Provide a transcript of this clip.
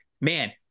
man